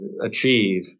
achieve